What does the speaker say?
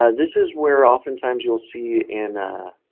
ah this is where, oftentimes, you will see in a